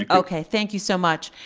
ah okay, thank you so much.